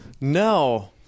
no